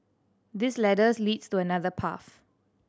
this ladders leads to another path